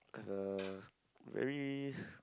I have a very